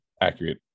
accurate